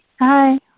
Hi